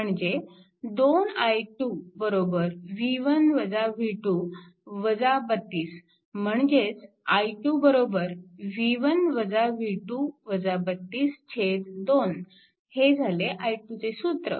म्हणजे 2 i2 v1 v2 32 म्हणजेच i2 2 हे झाले i2 चे सूत्र